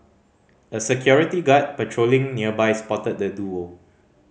a security guard patrolling nearby spotted the duo